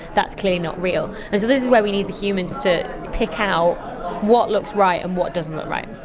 that's clearly not real. and so this is where we need the humans to pick out what looks right and what doesn't look right.